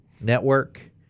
network